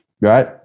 right